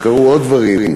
וקרו עוד דברים: